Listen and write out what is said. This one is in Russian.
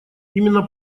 именно